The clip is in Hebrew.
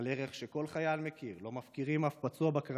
והערך שכל חייל מכיר, שלא מפקירים שום